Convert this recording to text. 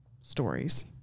stories